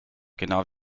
genau